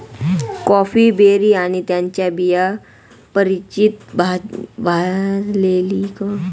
coffee berry आणि त्यांच्या बिया परिचित भाजलेली कॉफी बनण्यापूर्वी अनेक प्रक्रियांमधून जातात